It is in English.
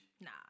Nah